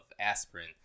aspirin